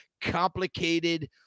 complicated